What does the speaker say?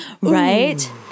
Right